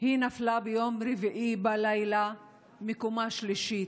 היא נפלה ביום רביעי בלילה מקומה שלישית.